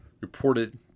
reported